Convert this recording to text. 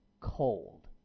cold